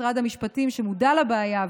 משרד המשפטים מודע לבעיה,